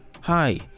Hi